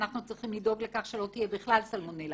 אנחנו צריכים לדאוג לכך שלא תהיה בכלל סלמונלה